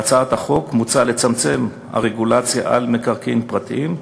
בהצעת החוק מוצע לצמצם את הרגולציה על מקרקעין פרטיים,